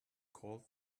called